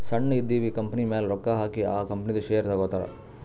ಸಣ್ಣು ಇದ್ದಿವ್ ಕಂಪನಿಮ್ಯಾಲ ರೊಕ್ಕಾ ಹಾಕಿ ಆ ಕಂಪನಿದು ಶೇರ್ ತಗೋತಾರ್